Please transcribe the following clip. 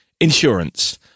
Insurance